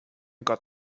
got